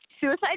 suicide